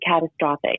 catastrophic